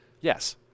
Yes